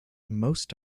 most